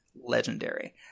legendary